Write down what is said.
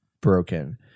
broken